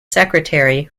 secretary